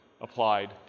applied